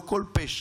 לא לכל פשע,